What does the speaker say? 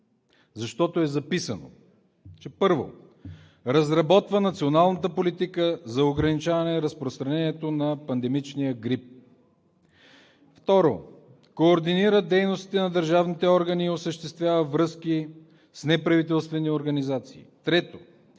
защото е записано: 1. разработва националната политика за ограничаване разпространението на пандемичния грип; 2. координира дейностите на държавните органи и осъществява връзки с неправителствени организации; 3.